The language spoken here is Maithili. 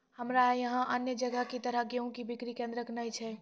हमरा यहाँ अन्य जगह की तरह गेहूँ के बिक्री केन्द्रऽक नैय छैय?